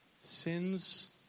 sins